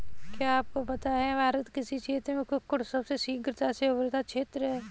क्या आपको पता है भारत कृषि क्षेत्र में कुक्कुट सबसे शीघ्रता से उभरता क्षेत्र है?